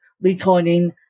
recording